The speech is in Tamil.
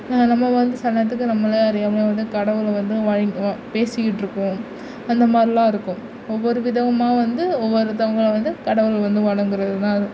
நம்ம வந்து சில நேரத்துக்கு நம்மளை அறியாமல் வந்து கடவுளை வந்து பேசிக்கிட்டுருக்கோம் அந்த மாதிரிலாம் இருக்கும் ஒவ்வொரு விதமா வந்து ஒவ்வொருத்தவங்களும் வந்து கடவுள் வந்து வணங்கிறது தான் அது